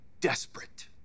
desperate